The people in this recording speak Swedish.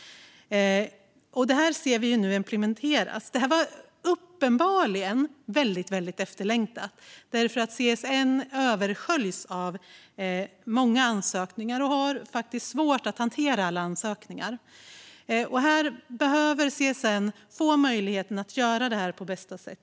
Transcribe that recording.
Vi ser nu hur stödet implementeras. Det var uppenbarligen väldigt efterlängtat, för CSN översköljs av ansökningar och har svårt att hantera dem alla. CSN behöver få möjlighet att göra detta på bästa sätt.